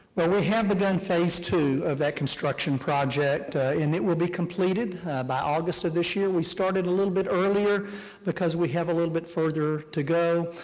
well, we haven't done phase two of that construction project, but it will be completed by august of this year. we started a little bit earlier because we have a little bit further to go,